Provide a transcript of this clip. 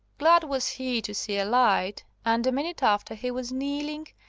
glad was he to see a light, and a minute after he was kneeling,